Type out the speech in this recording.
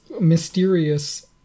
mysterious